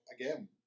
again